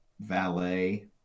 valet